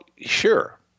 sure